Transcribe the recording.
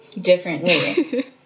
differently